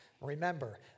Remember